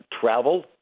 Travel